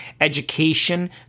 education